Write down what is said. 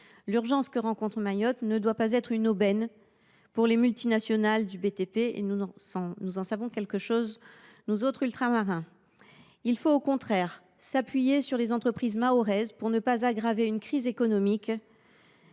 L’urgence que rencontre Mayotte ne doit pas être une aubaine pour les multinationales du BTP – nous en savons quelque chose, nous autres Ultramarins ! Au contraire, il importe de s’appuyer sur les entreprises mahoraises pour ne pas aggraver la crise économique